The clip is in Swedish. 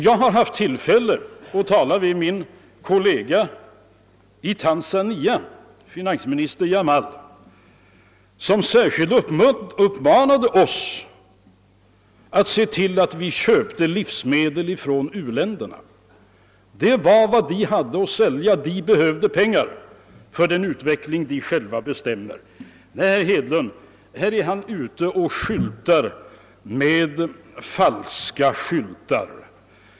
Jag har haft tillfälle att tala med min kollega i Tanzania, finansminister Jamal, som särskilt uppmanade oss att köpa livsmedel från u-länderna. Det var vad de hade att sälja, och de behövde pengar för den utveckling som de själva vill bestämma om. Nej, i det här fallet använder herr Hedlund falska skyltar.